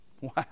wow